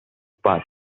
path